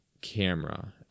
camera